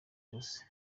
byose